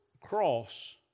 cross